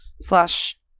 slash